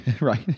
Right